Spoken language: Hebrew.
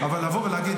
אבל לבוא ולהגיד